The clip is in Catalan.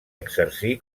exercí